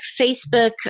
Facebook